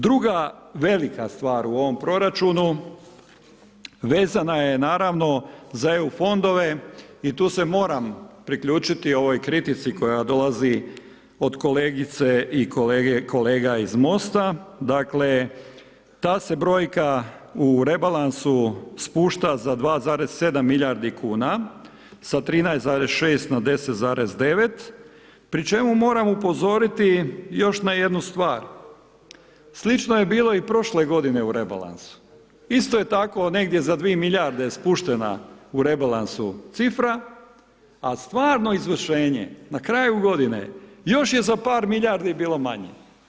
Druga velika stvar u ovom proračunu vezana je naravno za EU fondove i tu se moram priključiti ovoj kritici koja dolazi od kolegice i kolega iz MOST-a, dakle ta se brojka u rebalansu spušta za 2,7 milijardi kuna, sa 13,6 na 10,9, pri čemu moram upozoriti još na jednu stvar, slično je bilo i prošle godine u rebalansu, isto je tako negdje za 2 milijarde spuštena u rebalansu cifra a stvarno izvršenje na kraju godine, još je za par milijardi bilo manje.